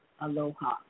aloha